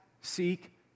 seek